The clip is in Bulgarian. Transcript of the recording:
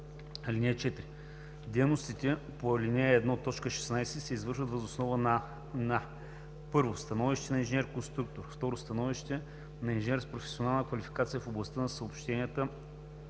и 9: „(4) Дейностите по ал. 1, т. 16 се извършват въз основа на: 1. становище на инженер-конструктор; 2. становище на инженер с професионална квалификация в областта на съобщенията